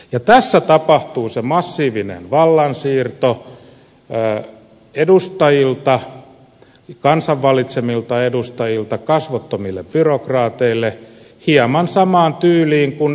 ja tässä tapahtuu se massiivinen vallansiirto kansan valitsemilta edustajilta kasvottomille byrokraateille hieman samaan tyyliin kuin euroopan komissio